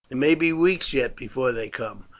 it may be weeks yet before they come.